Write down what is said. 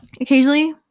occasionally